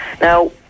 Now